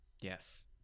Yes